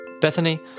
Bethany